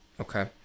okay